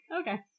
Okay